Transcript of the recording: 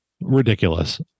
ridiculous